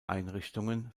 einrichtungen